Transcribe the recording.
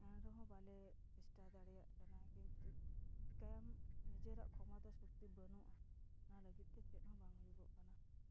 ᱮᱱᱨᱮᱦᱚᱸ ᱵᱟᱞᱮ ᱪᱮᱥᱴᱟ ᱫᱟᱲᱮᱭᱟᱜ ᱠᱟᱱᱟ ᱠᱤᱱᱛᱩ ᱪᱮᱠᱟᱭᱟᱢ ᱱᱤᱡᱮᱨᱟᱜ ᱠᱷᱚᱢᱚᱛᱟ ᱥᱚᱠᱛᱤ ᱵᱟᱹᱱᱩᱜᱼᱟ ᱚᱱᱟ ᱞᱟᱹᱜᱤᱫ ᱛᱮ ᱪᱮᱫ ᱦᱚᱸ ᱵᱟᱝ ᱦᱩᱭᱩᱜᱚᱜ ᱠᱟᱱᱟ